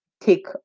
take